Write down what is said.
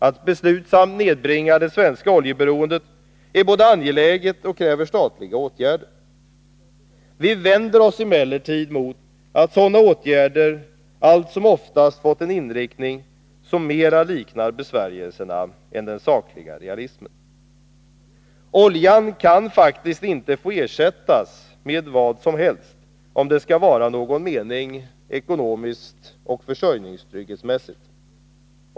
Att vi beslutsamt nedbringar det svenska oljeberoendet är angeläget och kräver statliga åtgärder. Vi vänder oss emellertid mot att sådana åtgärder allt som oftast fått en inriktning som mera liknar besvärjelser än saklig realism. Oljan kan faktiskt inte få ersättas med vad som helst om det skall vara någon mening, ekonomiskt och försörjningstrygghetsmässigt, med ersättandet.